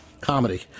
comedy